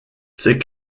ces